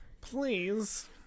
Please